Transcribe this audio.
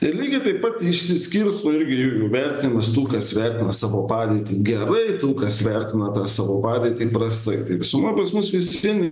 tai lygiai taip pat išsiskirsto irgi veritinimas tų kas vertina savo padėtį gerai tų kas vertina tą savo padėtį prastai tai visuma pas mus vis vien